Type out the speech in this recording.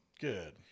Good